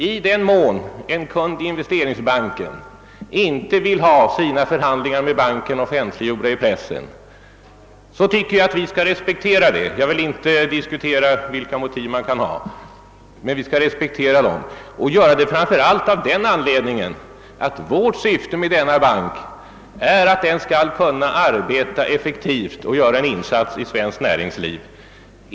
I den mån en kund i Investeringsbanken inte vill ha sina relationer med banken offentliggjorda i pressen, tycker jag att vi skall respektera det — jag vill inte diskutera vilka motiv man kan ha härför — men man skall framför allt respektera det av den anledningen att syftet med banken är att den skall arbeta effektivt och göra en insats i svenskt näringsliv.